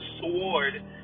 sword